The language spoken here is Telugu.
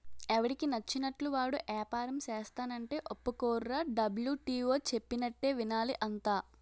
ఎవడికి నచ్చినట్లు వాడు ఏపారం సేస్తానంటే ఒప్పుకోర్రా డబ్ల్యు.టి.ఓ చెప్పినట్టే వినాలి అంతా